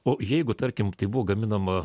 o jeigu tarkim tai buvo gaminama